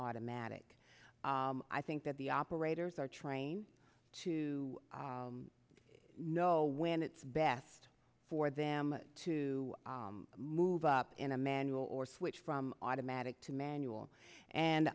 automatic i think that the operators are trained to know when it's best for them to move up in a manual or switch from automatic to manual and